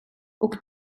och